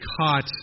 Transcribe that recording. caught